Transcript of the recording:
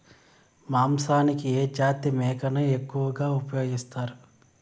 మాంసానికి ఏ జాతి మేకను ఎక్కువగా ఉపయోగిస్తారు?